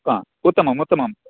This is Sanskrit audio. हा उत्तमं उत्तमं